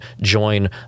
join